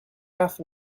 half